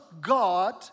God